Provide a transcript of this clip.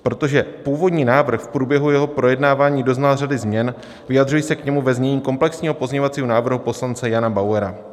Protože původní návrh v průběhu jeho projednávání doznal řady změn, vyjadřuji se k němu ve znění komplexního pozměňovacího návrhu pana poslance Jana Bauera.